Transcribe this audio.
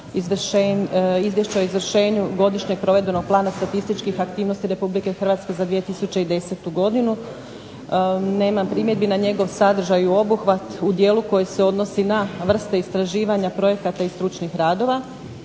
izvršenju Godišnjeg provedbenog plana statističkih aktivnosti Republike Hrvatske za 2010. godinu. Nemam primjedbi na njegov sadržaj i obuhvat u dijelu koji se odnosi na vrste istraživanja projekata i stručnih radova.